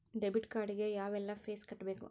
debit card ಗೆ ಯಾವ್ಎಲ್ಲಾ fees ಕಟ್ಬೇಕು